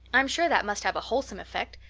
i'm sure that must have a wholesome effect.